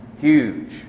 Huge